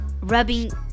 rubbing